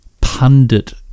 pundit